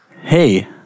Hey